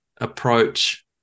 approach